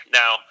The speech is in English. now